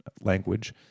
language